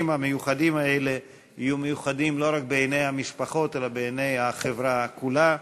המיוחדים האלה יהיו מיוחדים לא רק בעיני המשפחות אלא בעיני החברה כולה.